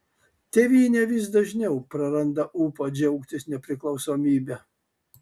tėvynė vis dažniau praranda ūpą džiaugtis nepriklausomybe